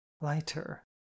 Lighter